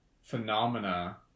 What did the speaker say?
Phenomena